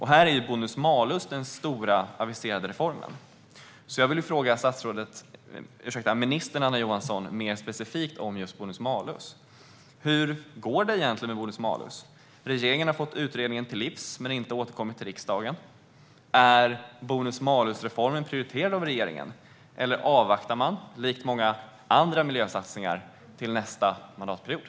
Här är bonus-malus den stora aviserade reformen, och jag vill fråga ministern Anna Johansson mer specifikt om just detta. Hur går det egentligen med bonus-malus? Regeringen har fått utredningen till sig men har inte återkommit till riksdagen. Är bonus-malus-reformen prioriterad av regeringen, eller avvaktar man till nästa mandatperiod precis som man gör med många andra miljösatsningar?